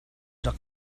rak